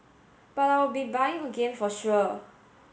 but I'll be buying again for sure